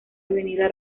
avenida